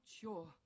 sure